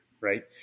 right